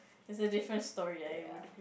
that's a different story I am